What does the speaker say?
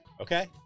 Okay